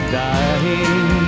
dying